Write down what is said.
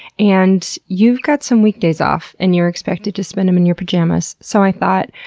and you've got some weekdays off and you're expected to spend them in your pajamas. so i thought,